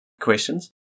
Questions